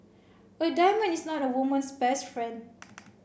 a diamond is not a woman's best friend